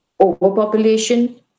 overpopulation